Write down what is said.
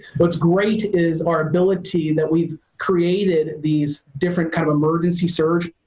what's great is our ability that we created these different kind of emergency surgery.